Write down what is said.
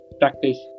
practice